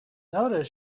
noticed